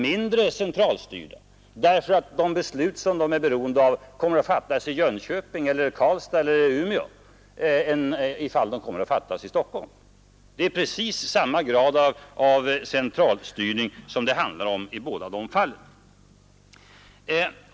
mindre centralstyrda om de beslut som de är beroende av kommer att fattas i Jönköping, Karlstad eller Umeå än om de fattas i Stockholm. Det är precis samma grad av centralstyrning som det handlar om i båda fallen.